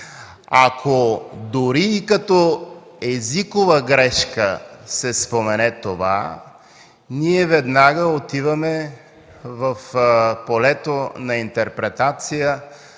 Дори като езикова грешка да се спомене това, ние веднага отиваме в полето на интерпретация